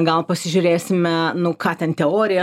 gal pasižiūrėsime nu ką ten teorija